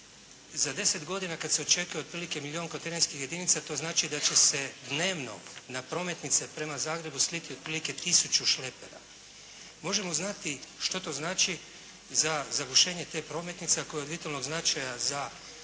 da za 10 godina kad se očekuje otprilike milijun kontejnerskih jedinica to znači da će se dnevno na prometnice prema Zagrebu sliti otprilike 1000 šlepera. Možemo znati što to znači za zagušenje te prometnice, a koja je od vitalnog značaja za